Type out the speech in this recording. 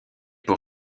pour